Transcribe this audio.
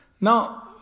Now